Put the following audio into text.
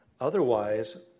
Otherwise